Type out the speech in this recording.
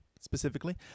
specifically